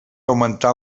augmentar